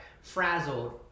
frazzled